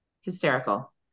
hysterical